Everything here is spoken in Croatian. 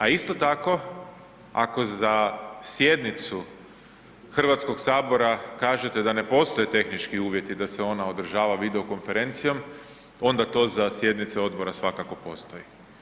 A isto tako, ako za sjednicu HS-a kažete da ne postoje tehnički uvjeti da se ona održava video- konferencijom, onda to za sjednice odbora svakako postoji.